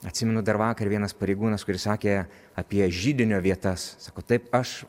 atsimenu dar vakar vienas pareigūnas kuris sakė apie židinio vietas sako taip aš